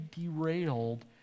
derailed